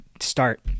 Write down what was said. start